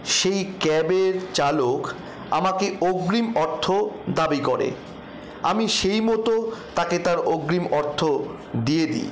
সেই ক্যাবের চালক আমাকে অগ্রিম অর্থ দাবি করে আমি সেইমতো তাকে তার অগ্রিম অর্থ দিয়ে দি